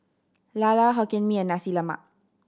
lala Hokkien Mee and Nasi Lemak